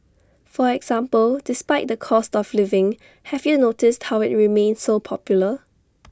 for example despite the cost of living have you noticed how IT remains so popular